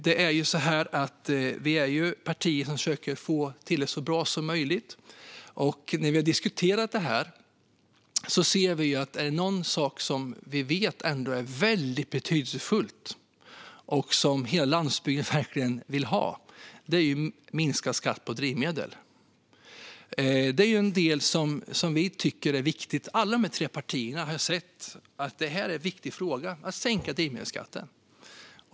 Vi är partier som diskuterar och försöker få till detta så bra som möjligt. Är det någon sak som vi vet ger en väldigt betydelsefull ändring och som hela landsbygden verkligen vill ha är det minskad skatt på drivmedel. Det är en del som vi tycker är viktig. Alla de här tre partierna har sett att det är en viktig fråga att sänka drivmedelsskatten.